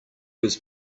his